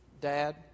Dad